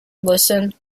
listen